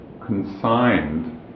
consigned